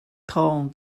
thawng